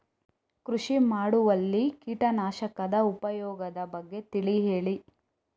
ಕೃಷಿ ಮಾಡುವಲ್ಲಿ ಕೀಟನಾಶಕದ ಉಪಯೋಗದ ಬಗ್ಗೆ ತಿಳಿ ಹೇಳಿ